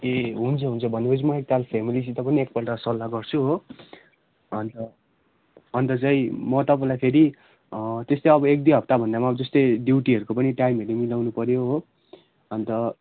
ए हुन्छ हुन्छ भनेपछि म एकताल फ्यामिलीसित पनि एकपल्ट सल्लाह गर्छु हो अनि त अनि त चाहिँ म तपाईँलाई फेरि त्यस्तै अब एक दुई हप्ता भन्दामा जस्तै ड्युटीहरूको पनि टाइमहरू मिलाउनुपऱ्यो हो अनि त